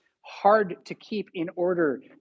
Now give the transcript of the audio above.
hard-to-keep-in-order